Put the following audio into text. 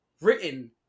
written